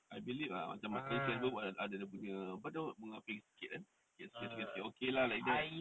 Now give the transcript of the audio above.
I believe uh macam neighbourhood ada dia punya apa tu bunga api sikit eh sikit-sikit sikit-sikit okay lah like that